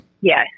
Yes